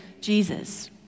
Jesus